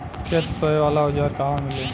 खेत सोहे वाला औज़ार कहवा मिली?